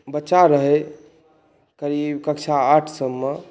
बच्चा रही करीब कक्षा आठ सभमे